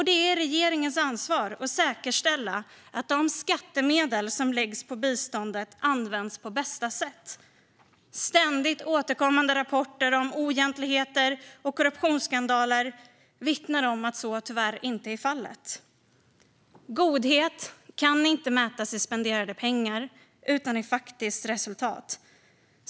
Det är regeringens ansvar att säkerställa att de skattemedel som läggs på biståndet används på bästa sätt. Ständigt återkommande rapporter om oegentligheter och korruptionsskandaler vittnar om att så tyvärr inte är fallet. Godhet kan inte mätas i spenderade pengar, utan i faktiskt resultat.